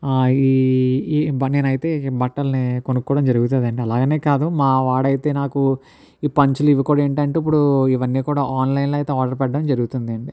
ఈ ఈ బ నేను అయితే బట్టలని కొనుక్కోవడం జరుగుతుంది అండి అలాగనే కాదు మా వాడు అయితే నాకు ఈ పంచలు ఇవి కూడా ఏంటి అంటే ఇప్పుడు ఇవన్నీ కూడా ఆన్లైన్లో అయితే ఆర్డర్ పెట్టడం జరుగుతుంది అండి